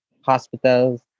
hospitals